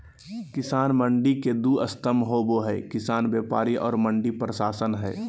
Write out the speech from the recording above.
किसान मंडी के दू स्तम्भ होबे हइ किसान व्यापारी और मंडी प्रशासन हइ